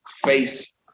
face